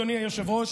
אדוני היושב-ראש,